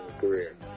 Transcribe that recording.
career